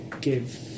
give